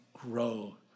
grow